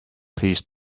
please